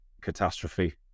catastrophe